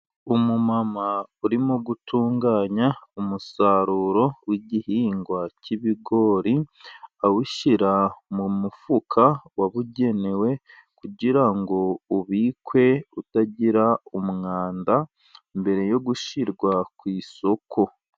Umumama urimo gutunganya umusaruro w'igihingwa cy'ibigori, awushyira mu mufuka wabugenewe, kugira ngo ubikwe utagira umwanda, mbere yo gushyirwa ku isoko.